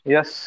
Yes